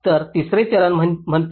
तर तिसरे चरण म्हणते